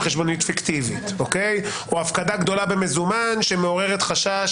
חשבונית פיקטיבית או הפקדה גדולה במזומן שמעוררת חשש